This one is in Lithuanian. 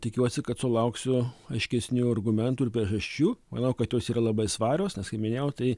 tikiuosi kad sulauksiu aiškesnių argumentų ir priežasčių manau kad jos yra labai svarios nes kaip minėjau tai